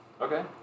Okay